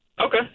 Okay